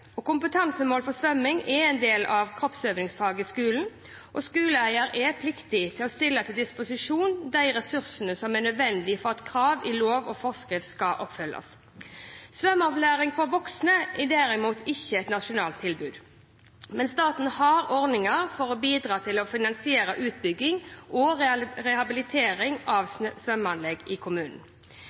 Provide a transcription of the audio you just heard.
Kompetansemål for svømming er en del av kroppsøvingsfaget i skolen, og skoleeier er pliktig til å stille til disposisjon de ressursene som er nødvendig for at krav i lov og forskrift skal oppfylles. Svømmeopplæring for voksne er derimot ikke et nasjonalt tilbud, men staten har ordninger for å bidra til å finansiere utbygging og rehabilitering av svømmeanlegg i